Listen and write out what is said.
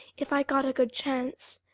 if i got a good chance.